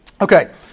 Okay